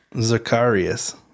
Zacharias